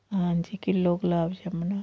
ਹਾਂਜੀ ਕਿੱਲੋ ਗੁਲਾਬ ਜਾਮੁਨਾਂ